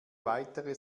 weitere